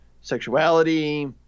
sexuality